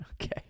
Okay